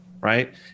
right